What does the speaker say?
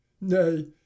Nay